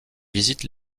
visite